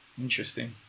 Interesting